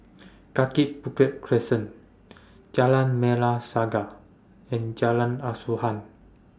Kaki Bukit Crescent Jalan Merah Saga and Jalan Asuhan